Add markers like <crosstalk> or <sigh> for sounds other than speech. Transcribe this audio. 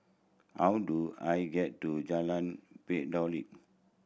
how do I get to Jalan <unintelligible>